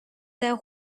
their